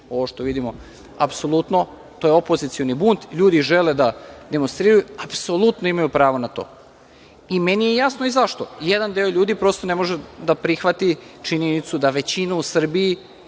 ovo što vidimo, apsolutno. To je opozicioni bunt. LJudi žele da demonstriraju. Apsolutno imaju pravo na to i meni je jasno i zašto. Jedan deo ljudi prosto ne može da prihvati činjenicu da većina u Srbiji